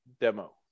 demo